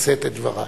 לשאת את דברה.